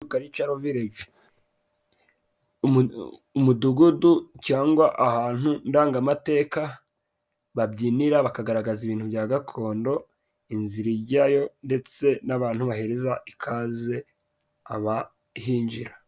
Karicaro vireji. Umudugudu cyangwa ahantu ndangamateka babyinira bakagaragaza ibintu bya gakondo, inzira ijyayo, ndetse n'abantu bahereza ikaze abahinjira.